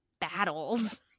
battles